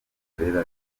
dukorera